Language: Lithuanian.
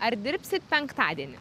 ar dirbsit penktadienį